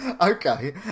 okay